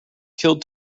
kill